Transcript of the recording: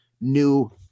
new –